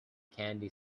candy